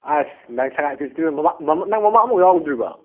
ꯑꯁ ꯅꯪ ꯁꯉꯥꯏ ꯐꯦꯁꯇꯤꯚꯦꯜ ꯃꯃꯥꯡ ꯅꯪ ꯃꯃꯥꯡꯗ ꯑꯝꯐꯥꯎ ꯌꯥꯎꯗ꯭ꯔꯤꯕꯣ